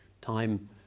time